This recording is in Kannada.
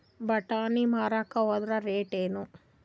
ಬಟಾನಿ ಮಾರಾಕ್ ಹೋದರ ರೇಟೇನು?